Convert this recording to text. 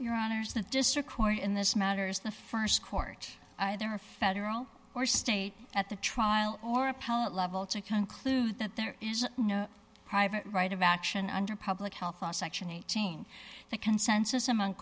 your honors the district court in this matter is the st court either federal or state at the trial or appellate level to conclude that there is a private right of action under public health law section eighteen the consensus among